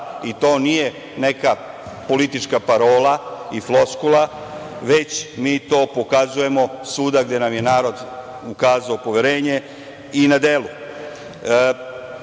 To nije neka politička parola i floskula, već mi to pokazujemo svuda gde nam je narod ukazao poverenje i na delu. Da